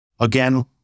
Again